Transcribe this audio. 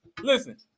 Listen